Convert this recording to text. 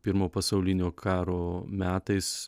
pirmo pasaulinio karo metais